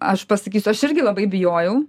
aš pasakysiu aš irgi labai bijojau